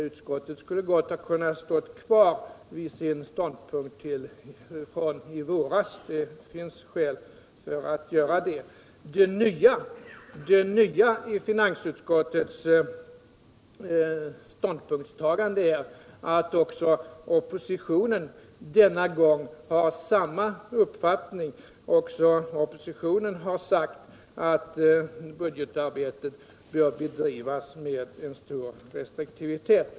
Utskottet skulle gott ha kunnat stå kvar vid sin ståndpunkt från i våras — det finns skäl för det. Det nya i finansutskottets ståndpunktstagande är att också oppositionen denna gång har samma uppfattning. Också oppositionen har sagt att budgetarbetet bör bedrivas med stor restriktivitet.